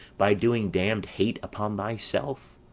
by doing damned hate upon thyself?